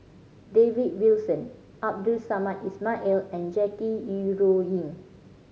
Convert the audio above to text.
David Wilson Abdul Samad Ismail and Jackie Yi Ru Ying